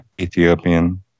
ethiopian